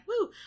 woo